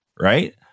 right